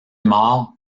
morts